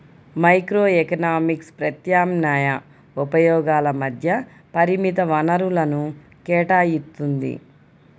microeconomics ప్రత్యామ్నాయ ఉపయోగాల మధ్య పరిమిత వనరులను కేటాయిత్తుంది